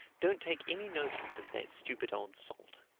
don't take any notice of that stupid old salt.